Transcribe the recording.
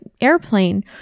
airplane